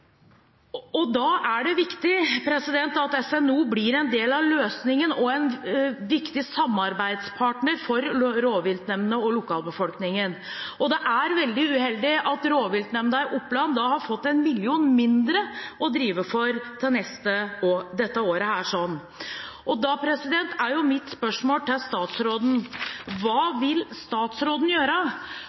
Da er det viktig at SNO blir en del av løsningen og en viktig samarbeidspartner for rovviltnemndene og lokalbefolkningen. Det er veldig uheldig at rovviltnemnda i Oppland har fått 1 mill. kr mindre å drive for dette året. Da er mitt spørsmål til statsråden: Hva vil statsråden gjøre